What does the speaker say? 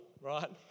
right